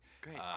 Great